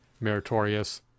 meritorious